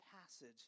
passage